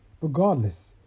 regardless